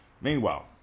Meanwhile